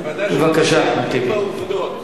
בוועדה שלי דבקים בעובדות.